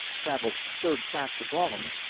travelled third class to balham,